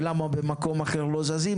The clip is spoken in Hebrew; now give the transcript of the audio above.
ולמה במקום אחר לא זזים.